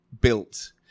built